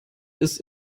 ist